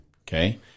Okay